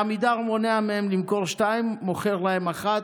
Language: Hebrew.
עמידר מונעת מהן לקנות שתיים ומוכרת להם אחת,